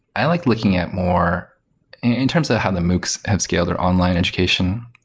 i like looking at more in terms of how the moocs have scaled or online education.